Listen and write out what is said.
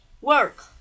work